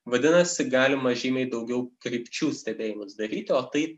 vadinasi galima žymiai daugiau krypčių stebėjimus daryti o tai